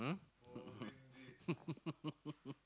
um